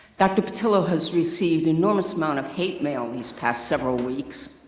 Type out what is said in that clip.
dr. petillo has received enormous amount of hate mail these past several weeks.